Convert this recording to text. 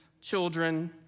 children